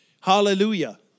Hallelujah